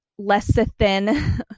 lecithin